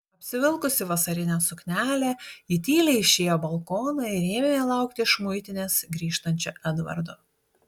apsivilkusi vasarinę suknelę ji tyliai išėjo balkoną ir ėmė laukti iš muitinės grįžtančio edvardo